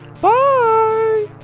Bye